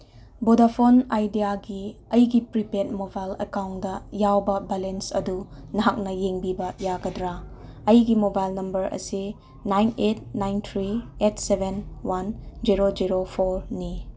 Vodafone ꯑꯥꯏꯗꯤꯌꯥꯒꯤ ꯑꯩꯒꯤ private mobile account ꯌꯥꯎꯕ ꯕꯦꯂꯦꯟꯁ ꯑꯗꯨ ꯅꯍꯥꯛꯅ ꯌꯦꯡꯕꯤꯕ ꯌꯥꯒꯗ꯭ꯔꯥ ꯑꯩꯒꯤ ꯃꯣꯕꯥꯏꯜ ꯅꯝꯕꯔ ꯑꯁꯤ nine eight nine three eight seven one zero zero ꯐꯣꯔꯅꯤ